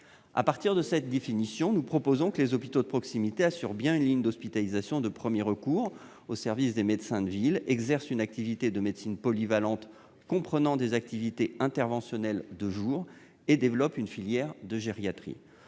À partir de cette définition, nous proposons que les hôpitaux de proximité assurent bien une ligne d'hospitalisation de premier recours au service des médecins de ville, exercent une activité de médecine polyvalente comprenant des activités interventionnelles de jour et développent une filière de gériatrie.